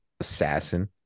assassin